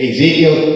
Ezekiel